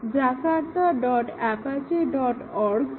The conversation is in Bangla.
jakarta dot apache dot org jmeter